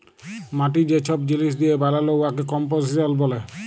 মাটি যে ছব জিলিস দিঁয়ে বালাল উয়াকে কম্পসিশল ব্যলে